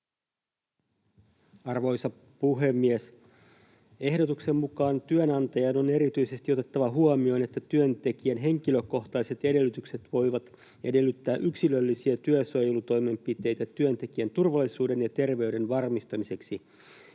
Arvoisa puhemies! Ehdotuksen mukaan työnantajan on erityisesti otettava huomioon, että työntekijän henkilökohtaiset edellytykset voivat edellyttää yksilöllisiä työsuojelutoimenpiteitä työntekijän turvallisuuden ja terveyden varmistamiseksi.